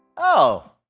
oh,